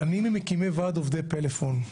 אני ממקימי ועד עובדי פלאפון,